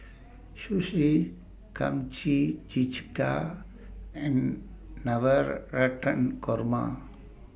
Sushi Kimchi Jjigae and Navratan Korma